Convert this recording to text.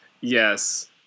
Yes